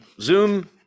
Zoom